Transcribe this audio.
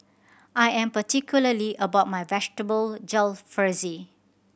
I am particularly about my Vegetable Jalfrezi